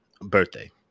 birthday